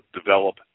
develop